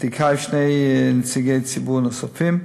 אתיקאי ושני נציגי ציבור נוספים.